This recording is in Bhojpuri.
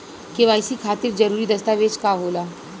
के.वाइ.सी खातिर जरूरी दस्तावेज का का होला?